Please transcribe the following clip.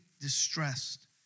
distressed